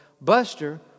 Buster